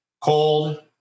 cold